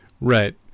Right